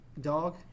dog